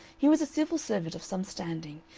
he was a civil servant of some standing,